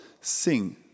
sing